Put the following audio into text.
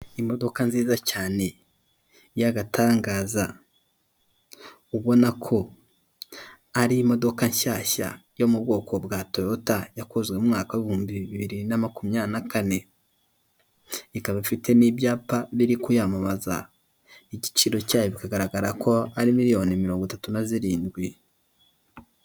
Imodoka nziza cyane y'agatangaza, ubona ko ari imodoka nshyashya yo mu bwoko bwa toyota yakozwe mu mwaka w'ibihumbi bibiri na makumyabiri na kane. Ikaba ifite mo ibyapa biri kuyamamaza, igiciro cyayo bikagaragara ko ari miliyoni mirongo itatu na zirindwi.